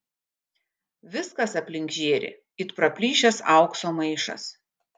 viskas aplink žėri it praplyšęs aukso maišas